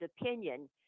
opinion